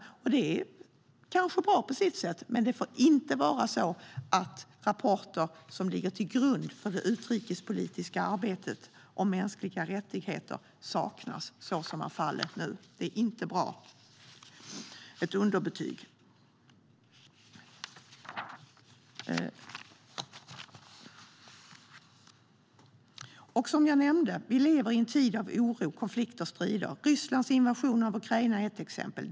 Det är kanske bra på sitt sätt, men det får inte vara så att rapporter som ligger till grund för det utrikespolitiska arbetet om mänskliga rättigheter saknas så som är fallet nu. Det är inte bra och får ett underbetyg. Som jag nämnde lever vi i en tid av oro, konflikter och strider. Rysslands invasion av Ukraina är ett exempel.